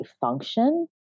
function